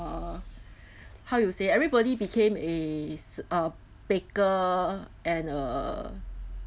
uh how you say everybody became a s~ a baker and uh